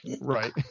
Right